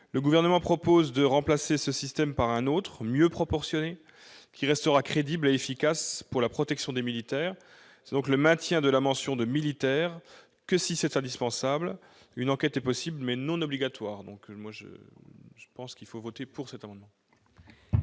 le gouvernement propose de remplacer ce système par un autre mieux proportionnée qui restera crédible et efficace pour la protection des militaires, donc le maintien de la mention de militaires que si c'est indispensable, une enquête est possible mais non obligatoires, donc moi je pense qu'il faut voter pour cet amendement.